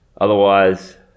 otherwise